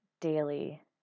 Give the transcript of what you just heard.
daily